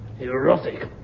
erotic